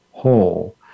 whole